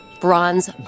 bronze